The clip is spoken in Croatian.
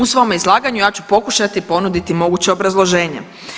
U svome izlaganju ja ću pokušati ponuditi moguće obrazloženje.